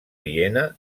viena